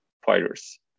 fighters